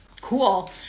Cool